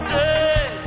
day